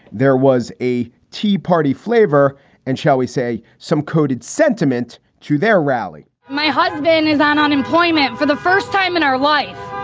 there was a tea party flavor and shall we say, some coded sentiment to their rally my husband is on unemployment for the first time in our life,